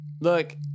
Look